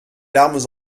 larmes